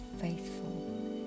faithful